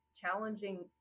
challenging